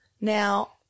Now